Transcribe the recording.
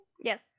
Yes